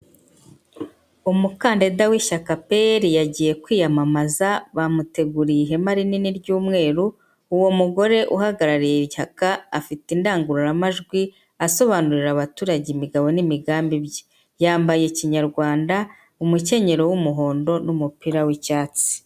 Umukandida w'ishyaka PER yagiye kwiyamamaza, bamuteguriye ihema rinini ry'umweru, uwo mugore uhagarariye ishyaka afite indangururamajwi, asobanurira abaturage imigabo n'imigambi bye, yambaye kinyarwanda umukenyero w'umuhondo n'umupira w'icyatsi.